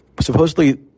supposedly